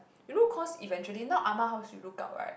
you know cause eventually now Ah-Ma house you look up right